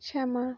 শ্যামা